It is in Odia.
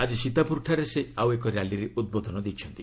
ଆକି ସୀତାପ୍ରରଠାରେ ସେ ଆଉ ଏକ ର୍ୟାଲିରେ ଉଦ୍ବୋଧନ ଦେଇଛନ୍ତି